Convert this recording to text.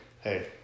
Hey